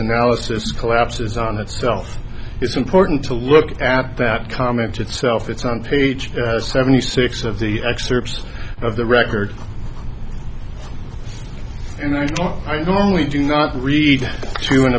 analysis collapses on itself it's important to look at that comment itself it's on page seventy six of the excerpts of the record and i don't i normally do not read to